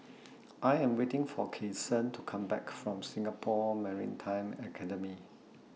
I Am waiting For Kyson to Come Back from Singapore Maritime Academy